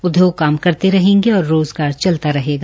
उदयोग काम करते रहेंगे और रोज़गार चलता रहेगा